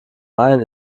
main